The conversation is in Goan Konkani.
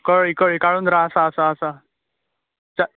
कळ्ळी कळ्ळी काळुंदरां आसा आसा आसा